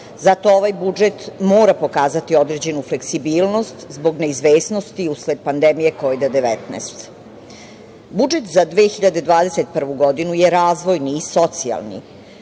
Zato ovaj budžet mora pokazati određenu fleksibilnost, zbog neizvesnosti usled pandemije Kovid 19.Budžet za 2021. godinu je razvojni i socijalni,